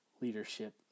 leadership